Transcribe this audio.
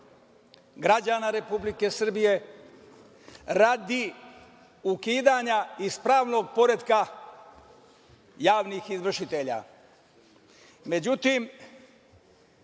građana Republike Srbije radi ukidanja iz pravnog poretka javnih izvršitelja.